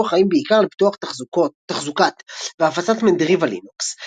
שהיו אחראים בעיקר על פיתוח תחזוקת והפצת מנדריבה לינוקס,